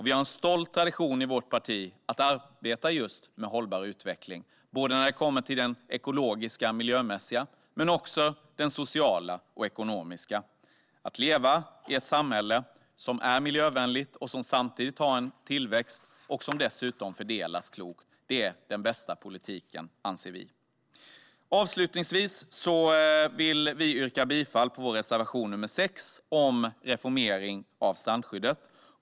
Vi har en stolt tradition i vårt parti av att arbeta just med hållbar utveckling, både den ekologiska och miljömässiga och den sociala och ekonomiska. En politik som gör att man kan leva i ett samhälle som är miljövänligt och samtidigt har en tillväxt som dessutom fördelas klokt är den bästa politiken, anser vi. Avslutningsvis vill vi yrka bifall till vår reservation nr 6 om reformering av strandskyddet.